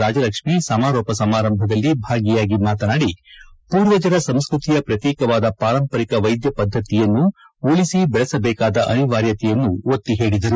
ರಾಜಲಕ್ಷ್ಮಿ ಸಮಾರೋಪ ಸಮಾರಂಭದಲ್ಲಿ ಭಾಗಿಯಾಗಿ ಮಾತನಾಡಿ ಮೂರ್ವಜರ ಸಂಸ್ಕೃತಿಯ ಪ್ರತೀಕವಾದ ಪಾರಂಪರಿಕ ವೈದ್ಯ ಪದ್ದತಿಯನ್ನು ಉಳಿಸಿ ಬೆಳೆಸಬೇಕಾದ ಅನಿವಾರ್ಯತೆಯನ್ನು ಒತ್ತಿ ಹೇಳದರು